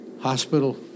hospital